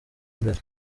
imbere